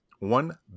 One